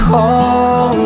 Call